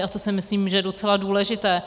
A to si myslím, že je docela důležité.